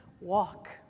walk